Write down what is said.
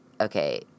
okay